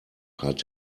hat